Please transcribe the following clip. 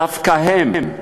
דווקא הם,